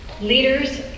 leaders